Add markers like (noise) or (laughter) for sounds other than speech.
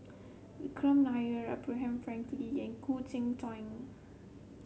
Vikram Nair Abraham Frankel (unintelligible) and Khoo Cheng Tiong